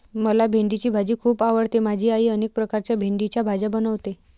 मला भेंडीची भाजी खूप आवडते माझी आई अनेक प्रकारच्या भेंडीच्या भाज्या बनवते